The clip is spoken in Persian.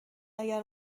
اگر